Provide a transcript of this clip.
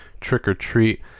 trick-or-treat